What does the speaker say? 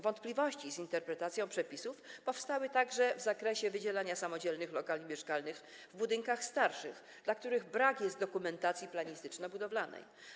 Wątpliwości z interpretacją przepisów powstały także w zakresie wydzielania samodzielnych lokali mieszkalnych w starszych budynkach, w przypadku których brak jest dokumentacji planistyczno-budowlanej.